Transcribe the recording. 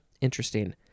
interesting